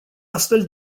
astfel